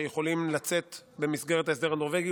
שיכולים לצאת במסגרת ההסדר הנורבגי,